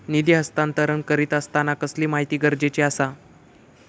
निधी हस्तांतरण करीत आसताना कसली माहिती गरजेची आसा?